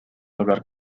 hablar